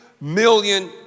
million